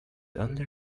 only